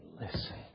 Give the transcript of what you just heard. listen